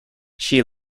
she